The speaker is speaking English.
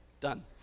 done